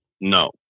No